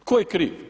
Tko je kriv?